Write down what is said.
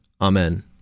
Amen